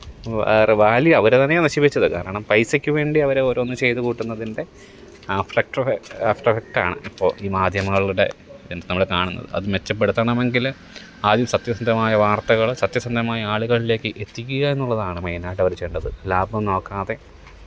വേറെ വാല്യൂ അവര് തന്നെയാണ് നശിപ്പിച്ചത് കാരണം പൈസക്ക് വേണ്ടി അവര് ഓരോന്നും ചെയ്ത് കൂട്ടുന്നതിന്റെ ആഫ്റ്റർ ഇഫക്ട് ആഫ്റ്റർ ഇഫക്ട് ആണ് ഇപ്പോൾ ഈ മാധ്യമങ്ങളുടെ നമ്മള് കാണുന്നത് അത് മെച്ചപ്പെട്ത്തണമെങ്കില് ആദ്യം സത്യസന്ധമായ വാര്ത്തകള് സത്യസന്ധമായി ആളുകളിലേക്ക് എത്തിക്ക്കാന്നുള്ളതാണ് മെയിനായിട്ടവര് ചെയ്യണ്ടത് ലാഭം നോക്കാതെ